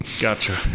gotcha